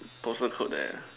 postal code there